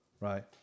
right